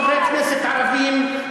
כחברי כנסת ערבים,